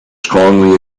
strongly